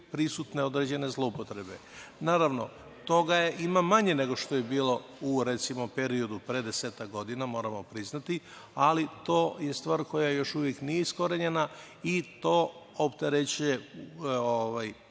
prisutne određene zloupotrebe. Naravno, toga ima manje nego što je bilo, recimo u periodu pre 10-ak godina, moramo priznati, ali to je stvar koja još uvek nije iskorenjena i to opterećuje